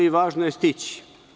Ali, važno je stići.